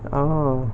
orh